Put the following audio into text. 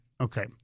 Okay